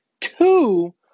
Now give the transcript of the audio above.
Two